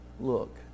look